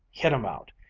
hit em out!